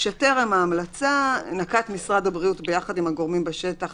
שטרם ההמלצה נקט משרד הבריאות ביחד עם הגורמים בשטח